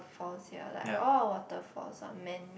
falls here like all waterfalls are man made